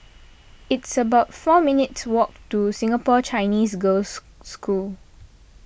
it's about four minutes' walk to Singapore Chinese Girls' School